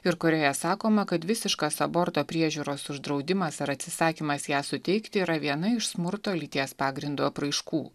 ir kurioje sakoma kad visiškas aborto priežiūros uždraudimas ar atsisakymas ją suteikti yra viena iš smurto lyties pagrindu apraiškų